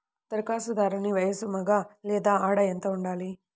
ధరఖాస్తుదారుని వయస్సు మగ లేదా ఆడ ఎంత ఉండాలి?